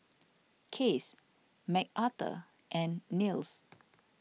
Case Mcarthur and Nils